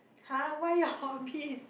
!huh! why your hobbies